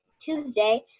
Tuesday